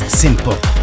simple